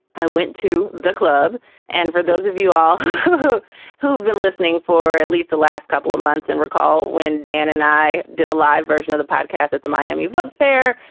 i went to the club and for those of you all who who've been listening for at least the last couple of months and recall when dan and i did a live version of the podcast at the miami book fair,